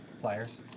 Pliers